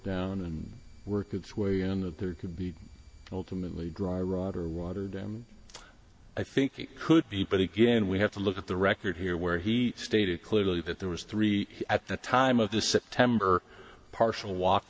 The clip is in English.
down and work its way in that there could be ultimately dry rot or water damage i think it could be but again we have to look at the record here where he stated clearly that there was three at the time of the september partial walk